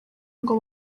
ngo